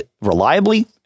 reliably